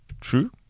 True